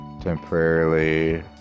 temporarily